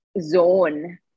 zone